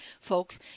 folks